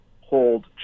hold